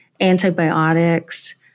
antibiotics